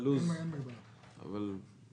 שאדבר על רשות המסים -- ערן, מתי התמנית לתפקיד?